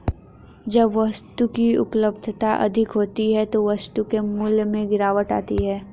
जब वस्तु की उपलब्धता अधिक होती है तो वस्तु के मूल्य में गिरावट आती है